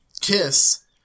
Kiss